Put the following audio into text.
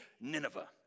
Nineveh